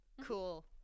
cool